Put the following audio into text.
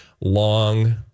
long